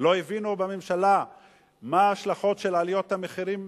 לא הבינו בממשלה מה ההשלכות של עליות המחירים